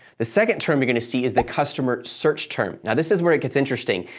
the second term you're going to see is the customer search term. now, this is where it gets interesting.